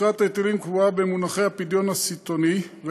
תקרת ההיטלים קבועה במונחי הפדיון הסיטונאי,